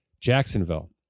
Jacksonville